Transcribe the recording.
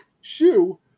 shoe